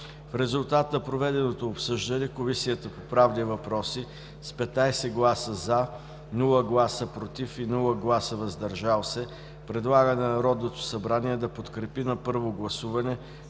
В резултат на проведеното обсъждане Комисията по правни въпроси с 15 гласа „за”, без „против“ и „въздържали се” предлага на Народното събрание да подкрепи на първо гласуване